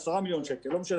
עשרה מיליון שקל לא משנה,